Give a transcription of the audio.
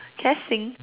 can I sing